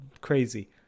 crazy